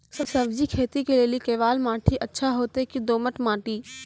सब्जी खेती के लेली केवाल माटी अच्छा होते की दोमट माटी?